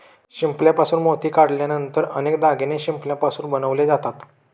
शिंपल्यापासून मोती काढल्यानंतर अनेक दागिने शिंपल्यापासून बनवले जातात